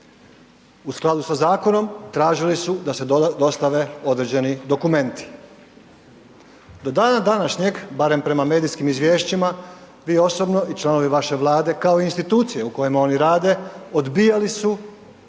U skladu sa zakonom tražili su da se dostave određeni dokumenti, do dana današnjeg, barem prema medijskim izvješćima vi osobno i članovi vaše Vlade kao institucije u kojima oni rade odbijali su